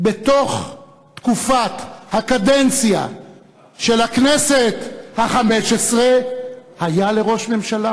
בתוך תקופת הקדנציה של הכנסת החמש-עשרה הוא היה לראש ממשלה.